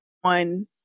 one